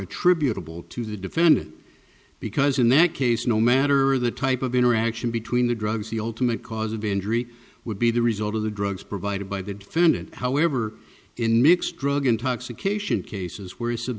attributable to the defendant because in that case no matter the type of interaction between the drugs the ultimate cause of injury would be the result of the drugs provided by the defendant however in mixed drug intoxication cases where s